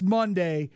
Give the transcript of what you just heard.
Monday